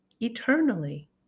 eternally